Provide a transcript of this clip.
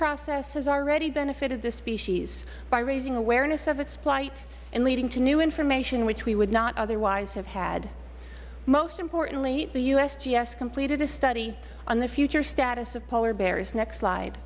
process has already benefited the species by raising awareness of its plight and leading to new information which we would not otherwise have had most importantly the usgs completed a study on the future status of polar bears next sli